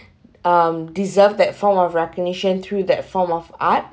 um deserved that form of recognition through that form of art